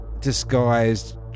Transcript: disguised